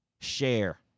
Share